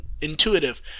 intuitive